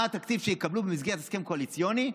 התקציב שיקבלו במסגרת הסכם קואליציוני,